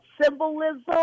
symbolism